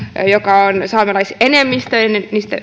joka on saamelaisenemmistöinen